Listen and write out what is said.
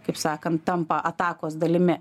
kaip sakant tampa atakos dalimi